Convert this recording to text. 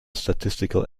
statistical